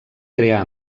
crear